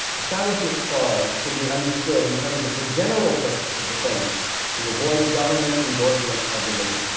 establishment clause should be understood in terms of the general purpose of the framers to avoid government endorsement of religion.